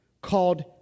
called